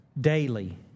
daily